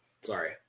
Sorry